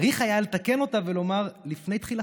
צריך היה לתקן אותה ולומר "לפני תחילתה".